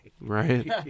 Right